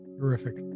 Terrific